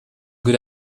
good